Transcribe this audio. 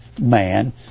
man